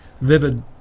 vivid